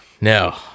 No